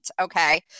okay